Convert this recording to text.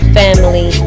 family